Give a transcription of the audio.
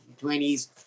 20s